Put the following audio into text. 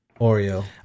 Oreo